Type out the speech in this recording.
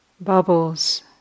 bubbles